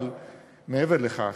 אבל מעבר לכך,